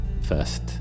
First